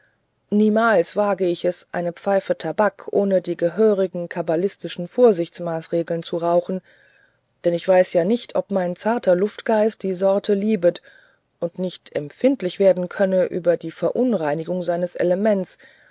niemals wage ich es eine pfeife tabak ohne die gehörigen kabbalistischen vorsichtsmaßregeln zu rauchen denn ich weiß ja nicht ob mein zarter luftgeist die sorte liebet und nicht empfindlich werden könnte über die verunreinigung seines elements